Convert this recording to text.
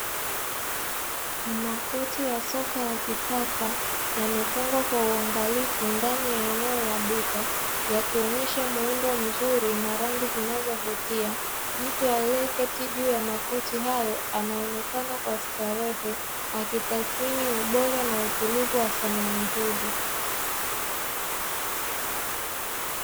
Makochi ya sofa ya kisasa yamepangwa kwa uwangalifu ndani ya eneo la duka yakionyesha muundo mzuri na rangi zinzovutia, mtu aliyeketi juu ya makochi hayo anaonekana kastarehe akitasimini ubora na utulivu wa samani hizo.